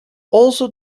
also